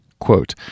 Quote